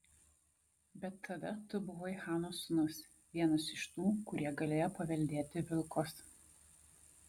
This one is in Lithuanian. bet tada tu buvai chano sūnus vienas iš tų kurie galėjo paveldėti vilkus